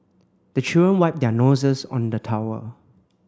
the children wipe their noses on the towel